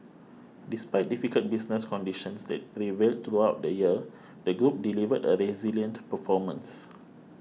despite difficult business conditions that prevailed throughout the year the group delivered a resilient performance